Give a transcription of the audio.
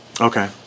Okay